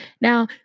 Now